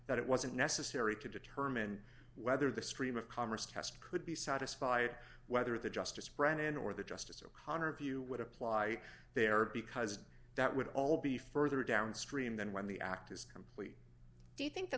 that it wasn't necessary to determine whether the stream of congress test could be satisfied whether the justice brennan or the justice o'connor view would apply there because that would all be further downstream than when the act is complete do you think the